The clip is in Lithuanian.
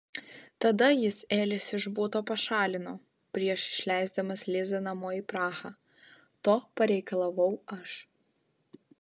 tada jis elis iš buto pašalino prieš išleisdamas lizą namo į prahą to pareikalavau aš